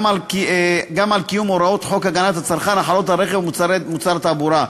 גם על קיום הוראות חוק הגנת הצרכן החלות על רכב ומוצר תעבורה,